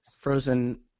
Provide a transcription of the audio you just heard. Frozen